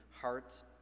heart